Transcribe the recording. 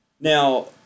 Now